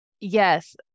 Yes